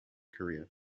korea